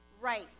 Right